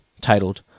titled